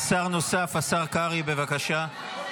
שר נוסף, השר קרעי, בבקשה.